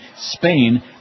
Spain